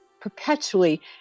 perpetually